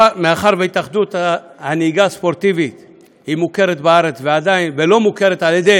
מאחר שהתאחדות הנהיגה הספורטיבית מוכרת בארץ ולא מוכרת על-ידי